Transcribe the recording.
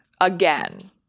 again